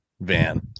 van